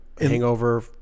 hangover